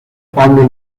pablo